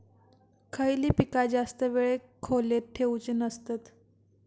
खयली पीका जास्त वेळ खोल्येत ठेवूचे नसतत?